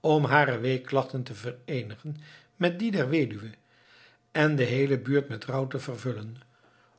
om hare weeklachten te vereenigen met die der weduwe en de heele buurt met rouw te vervullen